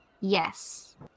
Yes